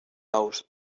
ous